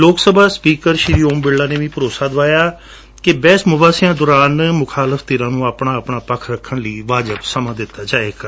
ਲੋਕ ਸਭਾ ਸਪੀਕਰ ਸ਼ੂੀ ਓਮ ਬਿਰਲਾ ਨੇ ਵੀ ਭਰੋਸਾ ਦਵਾਇਐ ਕਿ ਬਹਿਸ ਦੌਰਾਨ ਮੁਖਾਲਫ ਧਿਰਾਂ ਨੂੰ ਆਪਣਾ ਪੱਖ ਰੱਖਣ ਲਈ ਵਾਜਬ ਸਮਾ ਦਿੱਤਾ ਜਾਵੇਗਾ